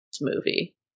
movie